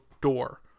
door